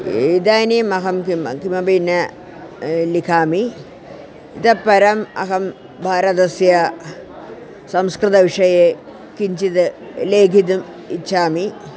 इदानीम् अहं किं किमपि न लिखामि इतः परम् अहं भारतस्य संस्कृतिविषये किञ्चिद् लेखितुम् इच्छामि